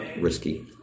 risky